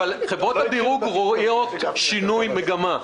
אבל חברות הדירוג רואות שינוי מגמה.